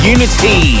Unity